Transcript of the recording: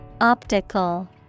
Optical